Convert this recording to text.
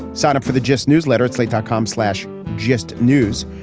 sign up for the just newsletter slate dot com slash just news.